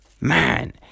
man